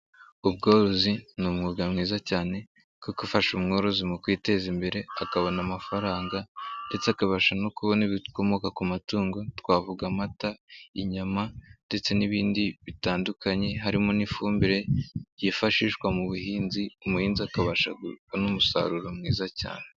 Ubworozi ni umwuga mwiza cyane kuko ufasha umworozi mu kwiteza imbere akabona amafaranga ndetse akabasha no kubona ibikomoka ku matungo twavuga: amata, inyama ndetse n'ibindi bitandukanye harimo n'ifumbire yifashishwa mu buhinzi, umuhinzi akabasha n'umusaruro mwiza cyane.